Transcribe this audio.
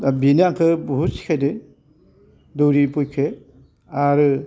दा बिनो आंखो बुहुत सिखाइदो दौरिफइखे आरो